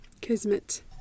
kismet